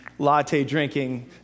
latte-drinking